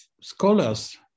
scholars